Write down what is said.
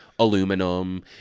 aluminum